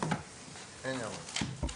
אין הערות.